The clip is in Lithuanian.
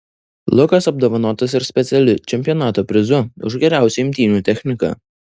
lukas apdovanotas ir specialiu čempionato prizu už geriausią imtynių techniką